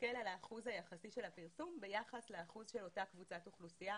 להסתכל על האחוז היחסי של הפרסום ביחס לאחוז של אותה קבוצת אוכלוסייה